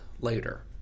later